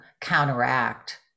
counteract